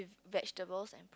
vegetables